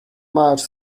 march